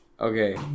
Okay